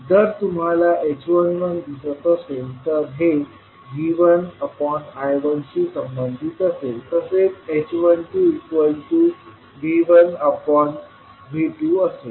जर तुम्हाला h11दिसत असेल तर हे V1I1 शी संबंधित असेल तसेच h12V1V2असेल